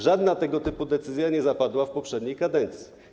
Żadna tego typu decyzja nie zapadła w poprzedniej kadencji.